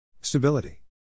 Stability